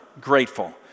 grateful